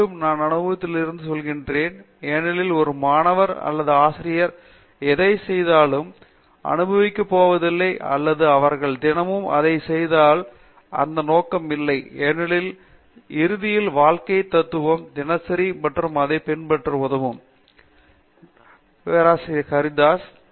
மீண்டும் நான் அனுபவத்தில் இருந்து இதை சொல்கிறேன் ஏனெனில் ஒரு மாணவர் அல்லது ஆசிரியர் எதைச் செய்தாலும் அனுபவிக்கப் போவதில்லை அல்லது அவர்கள் தினமும் அதை செய்தால் எந்த நோக்கமும் இல்லை ஏனெனில் இது இறுதியில் வாழ்க்கைத் தத்துவம் தினசரி மற்றும் அதை பின்பற்றவும் உதவும் பேராசிரியர் பிரதாப் ஹரிதாஸ் சரி